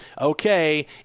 okay